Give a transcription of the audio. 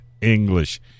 English